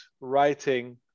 writing